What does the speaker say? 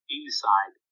inside